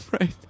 right